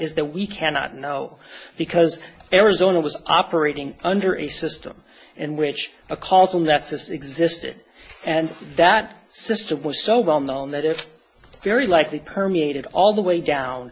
is that we cannot know because arizona was operating under a system and which a call from that system existed and that system was so well known that if very likely permeated all the way down